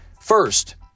First